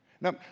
Now